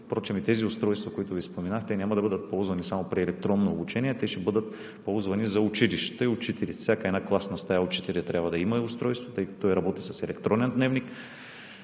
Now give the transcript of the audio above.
Впрочем и устройствата, които Ви споменах, няма да бъдат ползвани само при електронно обучение – те ще бъдат ползвани за училищата и учителите. Във всяка класна стая учителят трябва да има устройство, тъй като работи с електронен дневник,